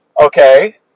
okay